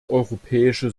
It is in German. europäische